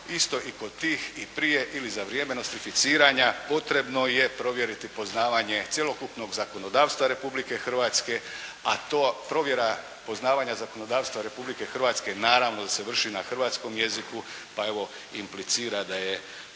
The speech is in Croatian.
isto i kod tih i prije ili za vrijeme nostrificiranja potrebno je provjeriti poznavanje cjelokupnog zakonodavstva Republike Hrvatske, a ta provjera poznavanja zakonodavstva Republike Hrvatske naravno da se vrši na hrvatskom jeziku, pa evo implicira da je